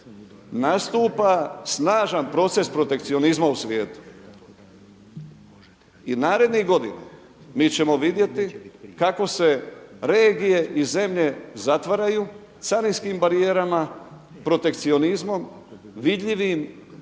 nastupa snažan proces protekcionizma u svijetu. I na rednih godina mi ćemo vidjeti kako se regije i zemlje zatvaraju carinskim barijerama, protekcionizmom vidljivim, a